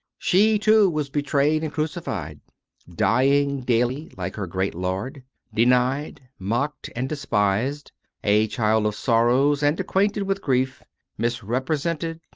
she, too, was betrayed and crucified dying daily, like her great lord denied, mocked, and despised a child of sorrows and acquainted with grief misrepresented,